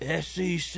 SEC